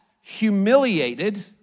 humiliated